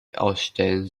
ausstellen